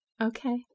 Okay